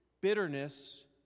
Bitterness